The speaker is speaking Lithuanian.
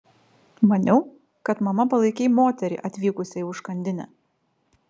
maniau kad mama palaikei moterį atvykusią į užkandinę